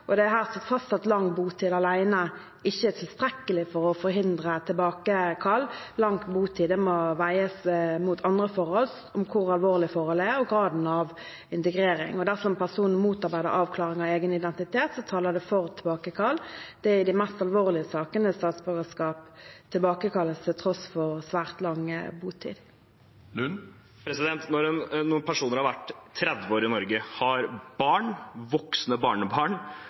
er det fastsatt at lang botid alene ikke er tilstrekkelig til å forhindre tilbakekallelse. Lang botid må veies mot andre forhold – hvor alvorlig forholdet er, og graden av integrering. Dersom en person motarbeider avklaring av egen identitet, taler det for tilbakekallelse. Det er i de mest alvorlige sakene statsborgerskap tilbakekalles til tross for svært lang botid. Når noen personer har vært 30 år i Norge, har barn og voksne barnebarn,